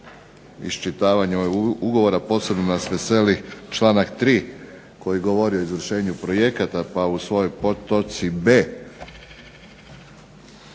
Iščitavanje ovog ugovora posebno nas veseli članak 3. koji govori o izvršenju projekata, pa u svojoj podtočci b)